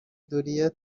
dian